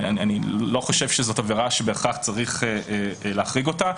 אני לא חושב שזאת עבירה שבהכרח צריך להחריג אותה.